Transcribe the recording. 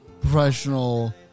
professional